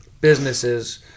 businesses